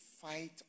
fight